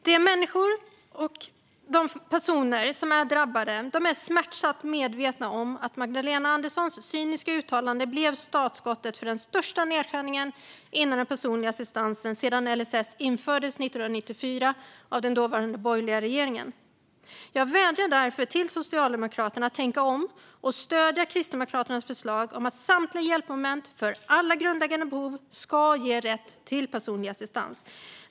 De personer som är drabbade är smärtsamt medvetna om att Magdalena Anderssons cyniska uttalande blev startskottet för den största nedskärningen inom den personliga assistansen sedan LSS infördes 1994 av den dåvarande borgerliga regeringen. Jag vädjar därför till Socialdemokraterna att tänka om och stödja Kristdemokraternas förslag om att samtliga hjälpmoment för alla grundläggande behov ska ge rätt till personlig assistans.